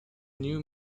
new